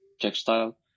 Textile